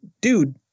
dude